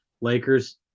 Lakers